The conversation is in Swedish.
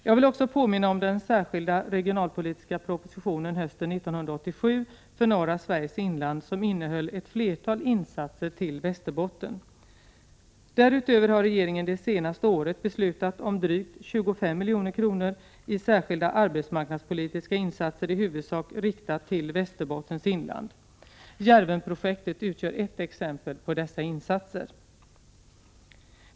Jag vill också påminna om den särskilda regionalpolitiska propositionen hösten 1987 för norra Sveriges inland som innehöll ett flertal insatser till Västerbotten. Därutöver har regeringen det senaste året beslutat om drygt 25 milj.kr. i särskilda arbetsmarknadspolitiska insatser i huvudsak riktade till Västerbottens inland. Djärvenprojektet utgör ett exempel på dessa insatser.